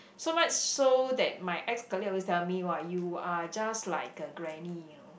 so much so that my ex colleague always telling me !wah! you are just like a granny you know